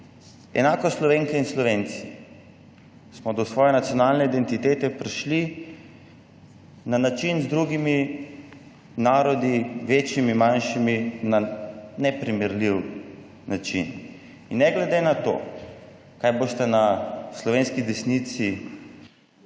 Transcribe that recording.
Enako smo Slovenke in Slovenci do svoje nacionalne identitete prišli na z drugimi narodi, večjimi, manjšimi, neprimerljiv način. In ne glede na to, kaj boste na slovenski desnici